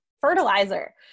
fertilizer